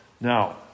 Now